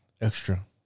extra